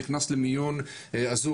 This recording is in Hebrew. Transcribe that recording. נכנס למיון אזוק,